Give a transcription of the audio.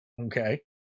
Okay